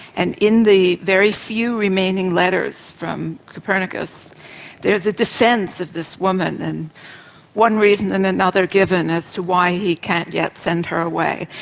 and in the very few remaining letters from copernicus there's a defence of this woman and one reason and another given as to why he can't yet send her away.